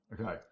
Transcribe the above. Okay